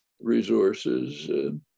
resources